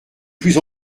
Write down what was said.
plus